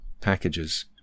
packages